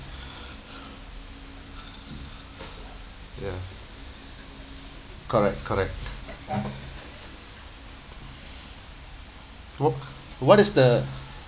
ya correct correct what what is the